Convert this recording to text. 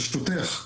ברשותך,